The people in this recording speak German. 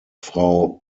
frau